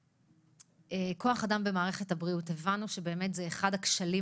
כוח אדם במערכת הבריאות הבנו שזה אחד הכשלים